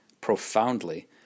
profoundly